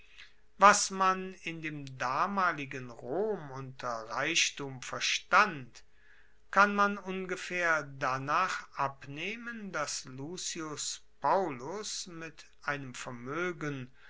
was man in dem damaligen rom unter reichtum verstand kann man ungefaehr danach abnehmen dass lucius paullus bei einem vermoegen